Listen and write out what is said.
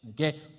Okay